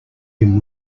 him